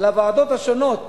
לוועדות השונות,